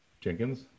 Jenkins